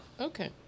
Okay